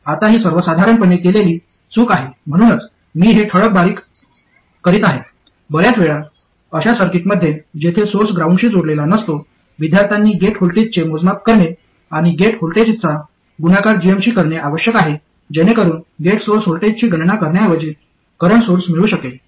आता ही सर्वसाधारणपणे केलेली चूक आहे म्हणूनच मी हे ठळक करीत आहे बर्याच वेळा अशा सर्किटमध्ये जेथे सोर्स ग्राउंडशी जोडलेला नसतो विद्यार्थ्यांनी गेट व्होल्टेजचे मोजमाप करणे आणि गेट व्होल्टेजचा गुणाकार gm शी करणे आवश्यक आहे जेणेकरून गेट सोर्स व्होल्टेजची गणना करण्याऐवजी करंट सोर्स मिळू शकेल